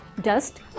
dust